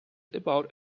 about